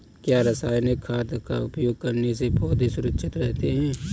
क्या रसायनिक खाद का उपयोग करने से पौधे सुरक्षित रहते हैं?